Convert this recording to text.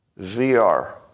VR